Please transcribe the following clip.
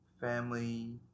family